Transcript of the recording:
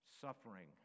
suffering